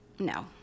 No